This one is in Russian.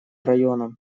районам